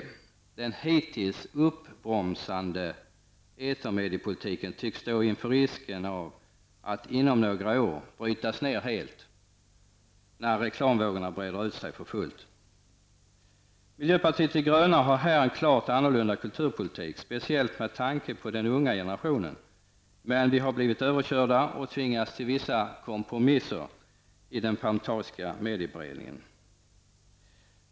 När det gäller den hittills uppbromsande etermediepolitiken för kulturområdet tycks risken finnas att denna inom några år kommer att brytas ner helt, när reklamvågorna breder ut sig med full kraft. Vi i miljöpartiet de gröna har här en klart annorlunda kulturpolitik, speciellt med tanke på den unga generationen. Men vi har blivit överkörda och har tvingats till vissa kompromisser i den parlamentariska medieberedningen.